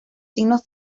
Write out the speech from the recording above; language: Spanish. signos